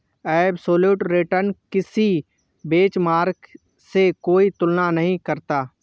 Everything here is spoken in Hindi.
एबसोल्यूट रिटर्न किसी बेंचमार्क से कोई तुलना नहीं करता